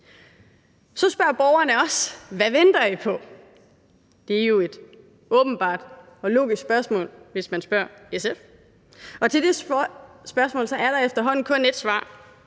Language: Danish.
Så spørger borgerne os: Hvad venter I på? Det er jo et åbenbart og logisk spørgsmål, hvis man spørger SF. Og til det spørgsmål er der efterhånden kun ét svar,